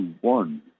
one